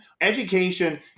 Education